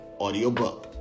audiobook